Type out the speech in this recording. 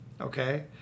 okay